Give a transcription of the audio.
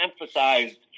emphasized